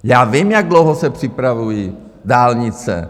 Já vím, jak dlouho se připravují dálnice.